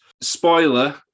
Spoiler